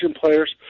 players